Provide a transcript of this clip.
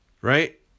Right